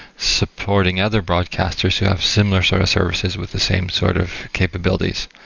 supporting other broadcasters who have similar sort of services with the same sort of capabilities.